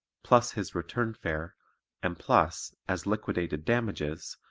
plus his return fare and plus, as liquidated damages,